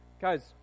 Guys